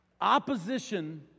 Opposition